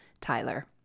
Tyler